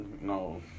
No